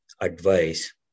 advice